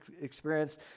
experience